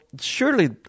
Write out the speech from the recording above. surely